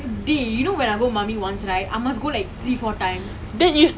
ya ya um but who to go with lah I mean